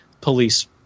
police